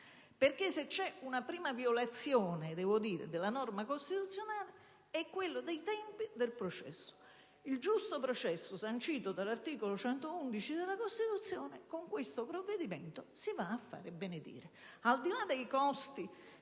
se c'è una prima violazione della norma costituzionale è quella dei tempi del processo. Il giusto processo sancito dall'articolo 111 della Costituzione, con questo provvedimento va a farsi benedire.